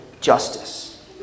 justice